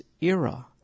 era